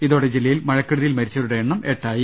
ഇതോടെ ജില്ല യിൽ മഴക്കെടുതിയിൽ മരിച്ചവരുടെ എണ്ണം എട്ടായി